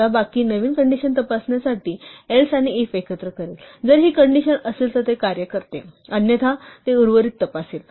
आता बाकी नवीन कंडिशन तपासण्यासाठी else आणि if एकत्र करेल जर ही कंडिशन असेल तर हे कार्य करते अन्यथा ते उर्वरित तपासेल